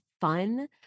fun